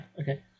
okay